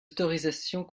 autorisations